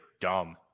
dumb